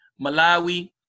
Malawi